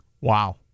Wow